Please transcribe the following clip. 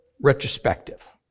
retrospective